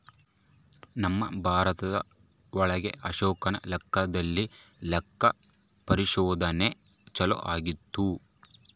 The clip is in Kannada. ನಮ್ ಭಾರತ ಒಳಗ ಅಶೋಕನ ಕಾಲದಲ್ಲಿ ಲೆಕ್ಕ ಪರಿಶೋಧನೆ ಚಾಲೂ ಆಗಿತ್ತು